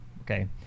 okay